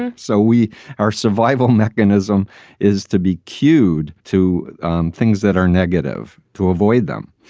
yeah so we our survival mechanism is to be cued to things that are negative to avoid them.